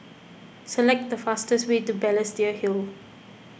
select the fastest way to Balestier Hill